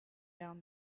down